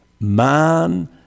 man